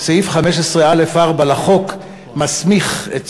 להמשך החקיקה בוועדת החוקה, חוק ומשפט של